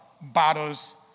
battles